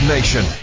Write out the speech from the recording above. Nation